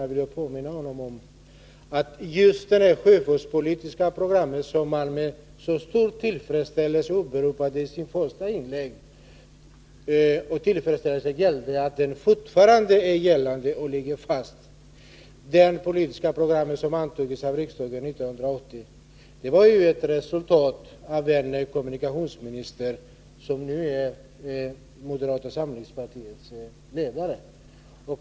Jag vill då påminna honom om att det sjöfartspolitiska program som riksdagen antog 1980 och som han med så stor tillfredsställelse åberopade i sitt första anförande — tillfredsställelsen avsåg att det fortfarande är gällande och ligger fast — var en produkt av en kommunikationsminister som nu är moderata samlingspartiets ledare.